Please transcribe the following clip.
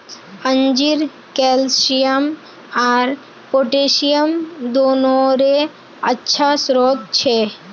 अंजीर कैल्शियम आर पोटेशियम दोनोंरे अच्छा स्रोत छे